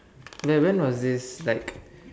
where when was this like